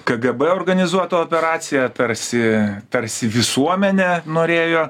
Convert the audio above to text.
kgb organizuota operacija tarsi tarsi visuomenė norėjo